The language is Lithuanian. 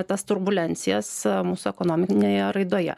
tas turbulencijas mūsų ekonominėje raidoje